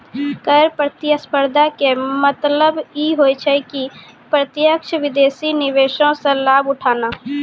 कर प्रतिस्पर्धा के मतलब इ होय छै कि प्रत्यक्ष विदेशी निवेशो से लाभ उठाना